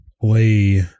play